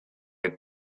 had